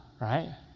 right